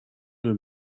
deux